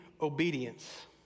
obedience